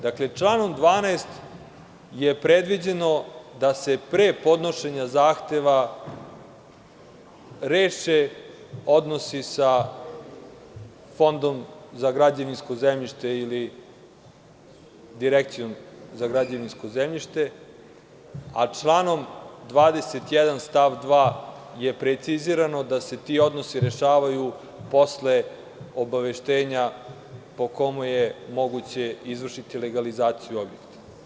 Dakle, članom 12. je predviđeno da se pre podnošenja zahteva reše odnosi sa Fondom za građevinsko zemljište ili Direkcijom za građevinsko zemljište, a članom 21. stav 2. je precizirano da se ti odnosi rešavaju posle obaveštenja po kome je moguće izvršiti legalizaciju objekta.